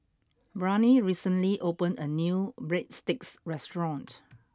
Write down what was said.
Brianne recently opened a new Breadsticks restaurant